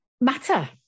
matter